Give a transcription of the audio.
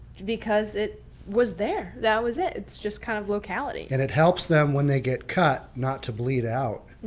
because it was there. that was it, it's just kind of locality. and it helps them when they get cut. not to bleed out.